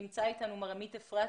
נמצא אתנו מר עמית אפרתי,